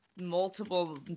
multiple